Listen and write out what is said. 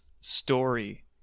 story